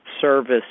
service